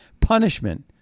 punishment